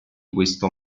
questo